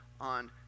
on